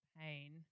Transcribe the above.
pain